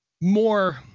more